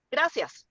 Gracias